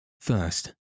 First